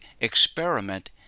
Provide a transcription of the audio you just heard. experiment